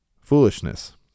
foolishness